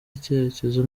icyerekezo